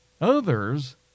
others